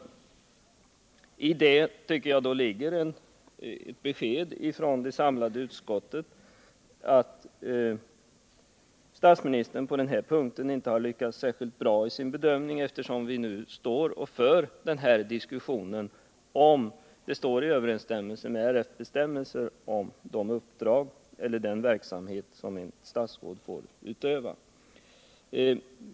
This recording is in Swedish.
I detta ligger ett besked från det samlade utskottet att statsministern på den här punkten inte lyckats särskilt bra i sin bedömning eftersom vi nu för en diskussion om vilka uppdrag ett statsråd får ha och vilken verksamhet han får bedriva för att den skall stå i överensstämmelse med regeringsformens bestämmelser.